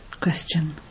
Question